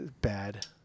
bad